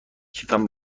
کیفم